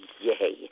yay